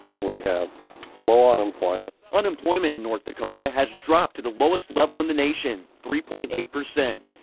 we have low unemployment. unemployment in north dakota has dropped to the lowest level in the nation, three point eight percent.